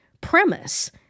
premise